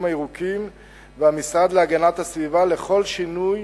הירוקים והמשרד להגנת הסביבה לכל שינוי